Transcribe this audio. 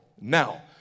Now